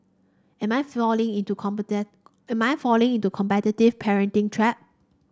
am I falling into am I falling into the competitive parenting trap